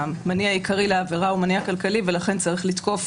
המניע העיקרי לעבירה הוא מניע כלכלי ולכן צריך לתקוף